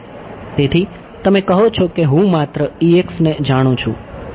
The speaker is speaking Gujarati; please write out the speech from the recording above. તેથી તમે કહો છો કે હું માત્ર ને જાણું છું